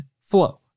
flow